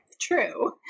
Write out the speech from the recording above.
true